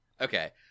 okay